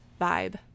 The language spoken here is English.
vibe